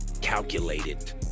calculated